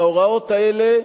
ההוראות האלה,